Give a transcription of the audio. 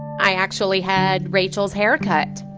i actually had rachel's haircut.